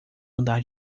andar